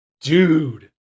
dude